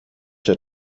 der